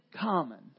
common